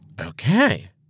Okay